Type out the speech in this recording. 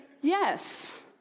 yes